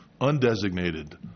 undesignated